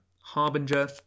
Harbinger